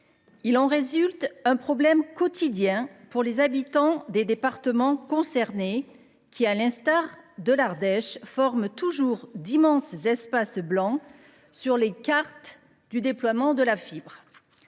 Il en résulte un problème quotidien pour les habitants des départements concernés, qui, à l’instar de l’Ardèche, forment toujours d’immenses espaces blancs sur les cartes du déploiement de la fibre.